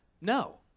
no